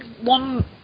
one